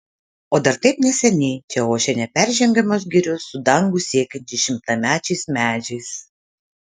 o dar taip neseniai čia ošė neperžengiamos girios su dangų siekiančiais šimtamečiais medžiais